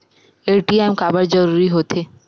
ATM काबर जरूरी हो थे?